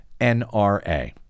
NRA